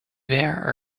were